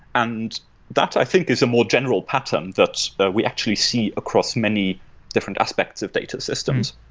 and that i think is a more general pattern that that we actually see across many different aspects of data systems.